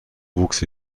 wuchs